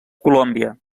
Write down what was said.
colòmbia